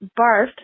barfed